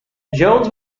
jones